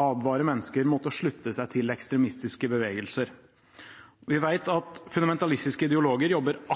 advare mennesker mot å slutte seg til ekstremistiske bevegelser. Vi vet at fundamentalistiske ideologer jobber